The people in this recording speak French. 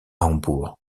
hambourg